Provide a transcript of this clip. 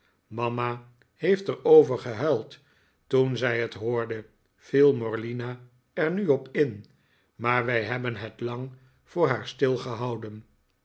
mama heeft er over gehuild toen zij het hoorde viel morlina er nu op in maar wij hebben het lang voor haar stilgehouden